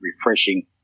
refreshing